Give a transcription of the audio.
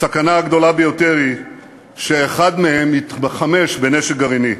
הסכנה הגדולה ביותר היא שאחד מהם יתחמש בנשק גרעיני.